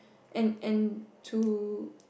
and and to